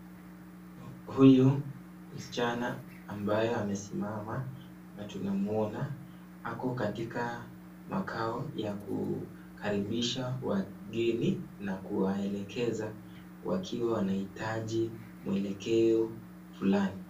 Huyu msichana ambaye amesimama na tunamuona ako katika makao ya kukaribisha wageni na kuwaelekeza wakiwa wanahitaji muelekeo fulani.